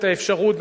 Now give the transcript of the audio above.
האפשרות,